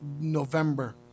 November